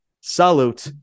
salute